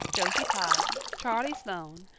josie pye, charlie sloane,